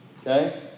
Okay